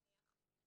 נניח,